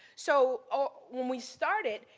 so when we started,